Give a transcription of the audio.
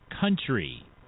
country